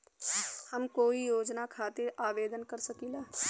हम कोई योजना खातिर आवेदन कर सकीला?